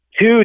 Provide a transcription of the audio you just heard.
two